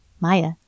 Maya